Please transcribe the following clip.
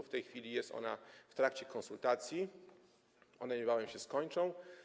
W tej chwili jest ona w trakcie konsultacji, które niebawem się skończą.